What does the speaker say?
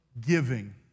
giving